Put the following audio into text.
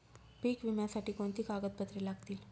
पीक विम्यासाठी कोणती कागदपत्रे लागतील?